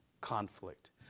conflict